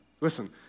Listen